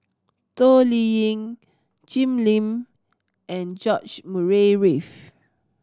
Toh Liying Jim Lim and George Murray Reith